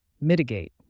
Mitigate